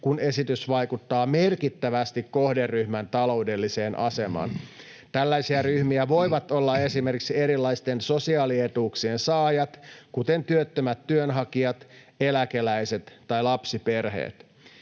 kun esitys vaikuttaa merkittävästi kohderyhmän taloudelliseen asemaan. Tällaisia ryhmiä voivat olla esimerkiksi erilaisten sosiaalietuuksien saajat, kuten työttömät työnhakijat, eläkeläiset tai lapsiperheet.